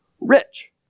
rich